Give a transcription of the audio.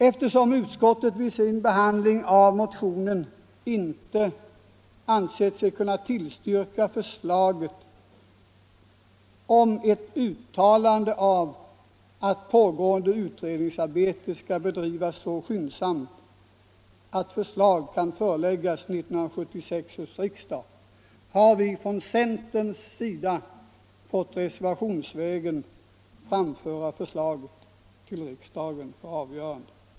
Eftersom utskottet vid sin behandling av motionen inte ansett sig kunna tillstyrka förslaget om ett uttalande att pågående utredningsarbete skall bedrivas så skyndsamt att förslag kan föreläggas 1976 års riksmöte, har vi från centerns sida reservationsvägen fått framföra förslaget till riksdagen för avgörande.